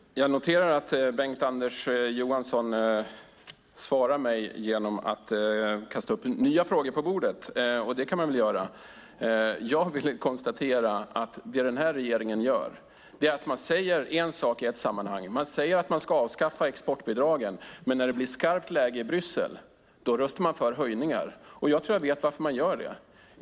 Herr talman! Jag noterar att Bengt-Anders Johansson svarar mig genom att kasta upp nya frågor på bordet, och det kan han väl göra. Jag konstaterar att det som den här regeringen gör är att man säger en sak i ett sammanhang, att man ska avskaffa exportbidragen, men när det blir skarpt läge i Bryssel röstar man för höjningar. Och jag tror att jag vet varför man gör det.